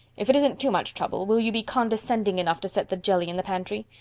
if it isn't too much trouble will you be condescending enough to set the jelly in the pantry?